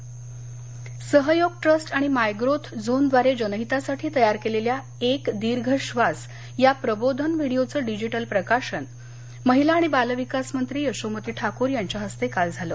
अमरावती सहयोग ट्रस्ट आणि my growth zone द्वारे जनहितासाठी तयार केलेल्या एक दीर्घ श्वास या प्रबोधन व्हिडिओचं डिजिटल प्रकाशन महिला आणि बाल विकास मंत्री यशोमती ठाकूर यांच्या हस्ते काल झालं